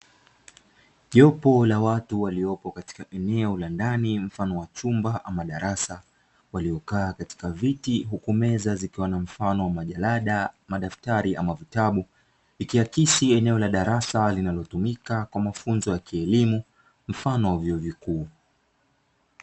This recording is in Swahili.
Jopo la watu waliopo katika eneo la ndani mfano wa chumba ama darasa, waliokaa katika viti huku meza zikiwa na mfano wa majarada, madaftari ama vitabu. Ikiakisi eneo la darasa linalotumika kwa mafunzo ya kielimu mfano wa vyuo vikuu.